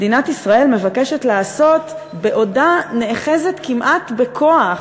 מדינת ישראל מבקשת לעשות בעודה נאחזת כמעט בכוח,